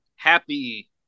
Happy